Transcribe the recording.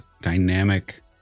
dynamic